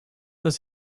does